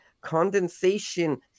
condensation